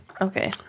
Okay